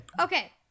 Okay